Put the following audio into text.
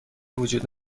وجود